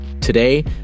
Today